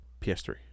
PS3